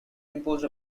imposed